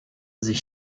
sich